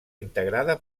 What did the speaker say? integrada